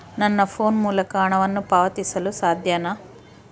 ನನ್ನ ಫೋನ್ ಮೂಲಕ ಹಣವನ್ನು ಪಾವತಿಸಲು ಸಾಧ್ಯನಾ?